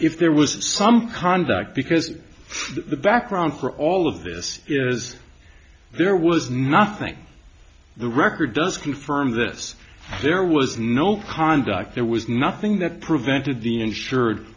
if there was some conduct because the background for all of this is there was nothing the record does confirm that there was no conduct there was nothing that prevented the insured